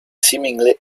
seemingly